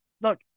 Look